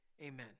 Amen